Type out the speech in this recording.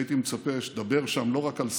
הייתי מצפה שתדבר שם לא רק על שנאה,